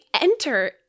enter